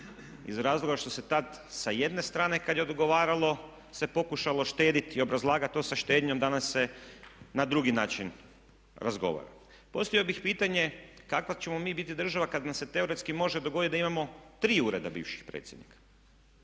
iz razloga što se tad sa jedne strane kad je odgovaralo se pokušalo štediti i obrazlagat to sa štednjom, danas se na drugi način razgovara. Postavio bih pitanje kakva ćemo mi biti država kad nam se teoretski može dogoditi da imamo tri ureda bivših predsjednika.